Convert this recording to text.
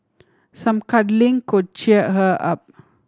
some cuddling could cheer her up